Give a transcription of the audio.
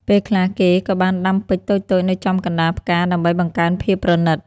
ពេលខ្លះគេក៏បានដាំពេជ្រតូចៗនៅចំកណ្តាលផ្កាដើម្បីបង្កើនភាពប្រណីត។